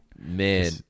Man